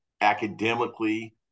academically